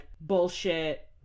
bullshit